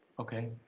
okay,